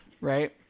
right –